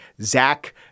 Zach